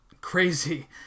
crazy